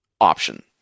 option